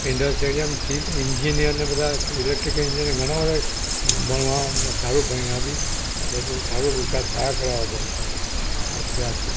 ઇન્ડસ એરિયામાં chief engineer ને બધા ઇલેક્ટ્રિક ઇન્જીન્યર ને ઘણાબધા ભણવામાં સારું ભણ્યા બી એટલે સારું વિકાસ થયા કરે આપણે આસ્તે આસ્તે